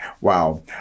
wow